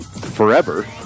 forever